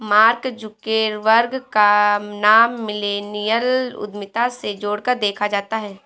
mark Zuckerberg का नाम millennial उद्यमिता से जोड़कर देखा जाता है